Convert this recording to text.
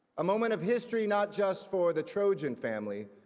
a moment of history not just for the trojan family,